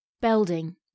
Belding